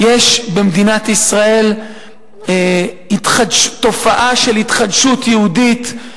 יש במדינת ישראל תופעה של התחדשות יהודית,